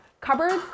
Cupboards